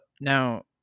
now